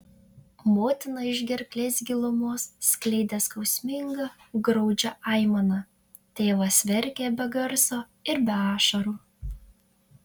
motina iš gerklės gilumos skleidė skausmingą graudžią aimaną tėvas verkė be garso ir be ašarų